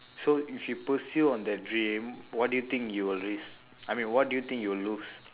so if you pursue on the dream what do you think you will risk I mean what do you think you will lose